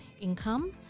income